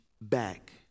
back